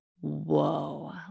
whoa